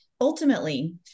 ultimately